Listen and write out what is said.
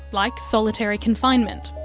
like solitary confinement.